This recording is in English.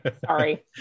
sorry